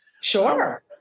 Sure